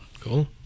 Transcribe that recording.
Cool